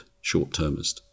short-termist